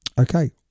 Okay